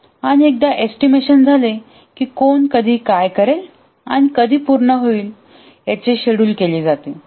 आणि एकदा एस्टिमेशन झाले कि कोण कधी काय करेल आणि कधी पूर्ण होईल याचे शेड्युल केले जाते